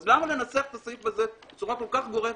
אז למה לנסח את זה בצורה כל כך גורפת,